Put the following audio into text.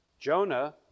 Jonah